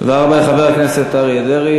תודה רבה לחבר הכנסת אריה דרעי.